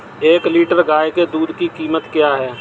एक लीटर गाय के दूध की कीमत क्या है?